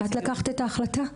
את לקחת את ההחלטה?